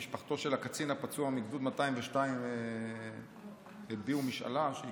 משפחתו של הקצין הפצוע מגדוד 202 הביעו משאלה שהוא יקרה,